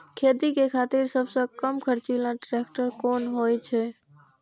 खेती के खातिर सबसे कम खर्चीला ट्रेक्टर कोन होई छै?